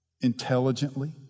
intelligently